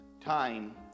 Time